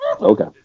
Okay